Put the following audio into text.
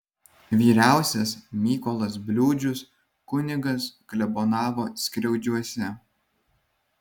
vyriausias mykolas bliūdžius kunigas klebonavo skriaudžiuose